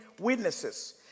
witnesses